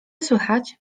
słychać